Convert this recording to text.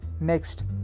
Next